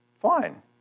fine